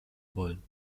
wollen